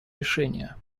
решения